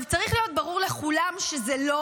מה שהיום